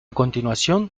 continuación